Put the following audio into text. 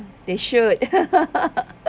they should